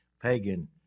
pagan